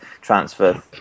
transfer